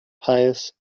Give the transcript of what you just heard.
pious